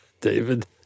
David